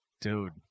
dude